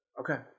Okay